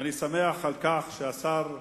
ואני שמח על כך שהשר,